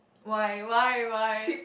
why why why